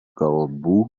kalbų